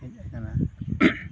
ᱦᱮᱡ ᱟᱠᱟᱱᱟ